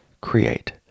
create